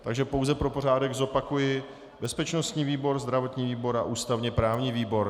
Takže pouze pro pořádek zopakuji bezpečnostní výbor, zdravotní výbor a ústavněprávní výbor.